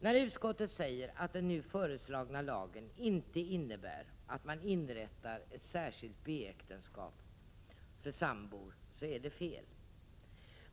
När utskottet säger att den nu föreslagna lagen inte innebär att man inrättar ett särskilt B-äktenskap för sambor är det fel.